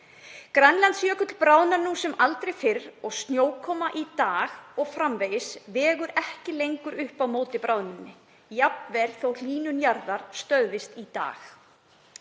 Grænlandsjökull bráðnar nú sem aldrei fyrr og snjókoma í dag og framvegis vegur ekki lengur upp á móti bráðnuninni, jafnvel þótt hlýnun jarðar stöðvist í dag.